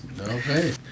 Okay